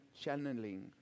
channeling